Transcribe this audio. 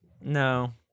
No